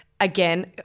Again